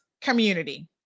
community